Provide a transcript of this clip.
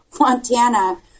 Montana